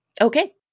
Okay